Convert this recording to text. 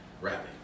rapping